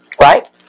right